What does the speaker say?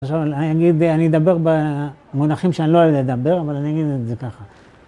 עכשיו אני אגיד, אני אדבר במונחים שאני לא אוהב לדבר, אבל אני אגיד את זה ככה.